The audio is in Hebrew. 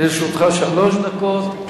לרשותך שלוש דקות.